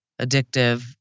addictive